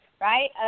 right